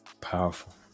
Powerful